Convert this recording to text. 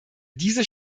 diese